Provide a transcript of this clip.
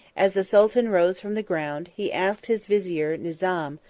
as the sultan rose from the ground, he asked his vizier nizam,